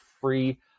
free